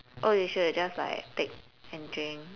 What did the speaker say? oh you should have just like take and drink